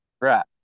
Right